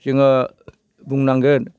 जोङो बुंनांगोन